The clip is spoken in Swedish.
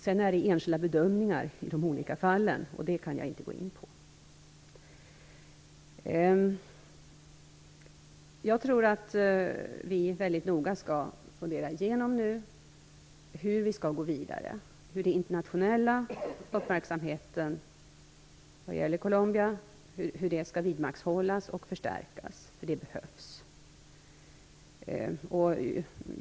Sedan görs olika bedömningar i de enskilda fallen, och det kan jag inte gå närmare in på. Jag tror att vi nu mycket noga bör fundera igenom hur vi skall gå vidare och hur den internationella uppmärksamheten kring Colombia skall vidmakthållas och förstärkas. Det behövs nämligen.